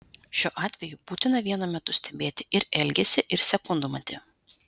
šiuo atveju būtina vienu metu stebėti ir elgesį ir sekundmatį